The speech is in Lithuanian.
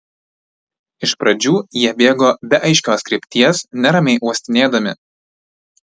iš pradžių jie bėgo be aiškios krypties neramiai uostinėdami